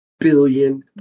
billion